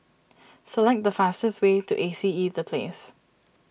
select the fastest way to A C E the Place